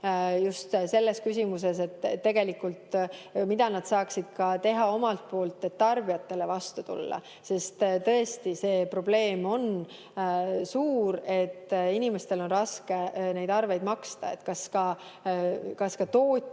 just selles küsimuses, mida nad saaksid teha omalt poolt, et tarbijatele vastu tulla, sest tõesti see probleem on suur, inimestel on raske neid arveid maksta. Kas ka tootjad